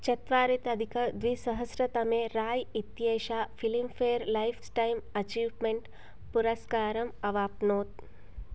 चत्वारितधिक द्विसहस्रतमे राय् इत्येषा Filmfare lifetime achievement पुरस्कारम् अवाप्नोत्